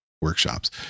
workshops